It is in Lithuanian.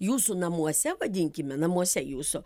jūsų namuose vadinkime namuose jūsų